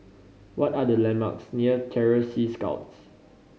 what are the landmarks near Terror Sea Scouts